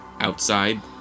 Outside